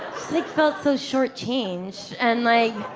sick felt so shortchanged. and like,